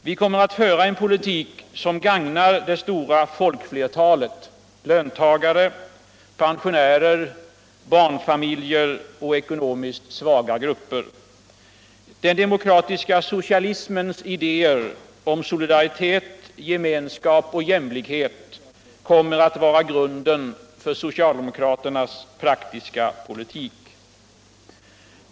Vi kommer att föra en poliuk som gagnar det stora folkflertalet — löntagare, pensionärer, barnfamiljer och ekonomiskt svaga grupper. Den demokratiska socialismens idéer om solidaritet, gemenskap och jämlikhet kommer att vara grunden för soctaldemokratins praktiska politik.